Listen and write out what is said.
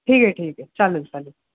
ठीक आहे ठीक आहे चालेल चालेल